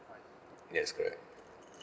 yes correct